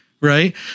Right